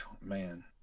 Man